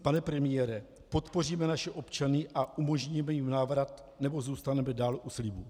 Pane premiére, podpoříme naše občany a umožníme jim návrat, nebo zůstaneme dále u slibů?